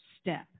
step